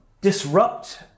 disrupt